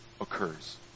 occurs